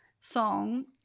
song